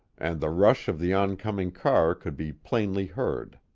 and the rush of the oncoming car could be plainly heard.